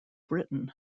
britain